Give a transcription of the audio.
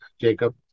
Jacob